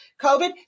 COVID